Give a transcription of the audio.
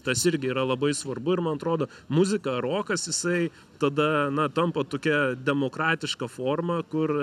tas irgi yra labai svarbu ir man atrodo muzika rokas jisai tada na tampa tokia demokratiška forma kur